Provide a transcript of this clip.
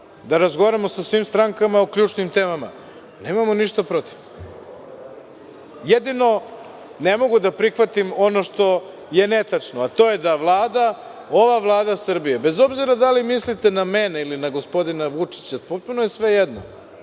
da razgovaramo sa svim strankama o ključnim temama. Nemamo ništa protiv. Jedino ne mogu da prihvatim ono što je netačno, a to je da Vlada, ova Vlada Srbije, bez obzira da li mislite na mene ili na gospodina Vučića, potpuno je svejedno.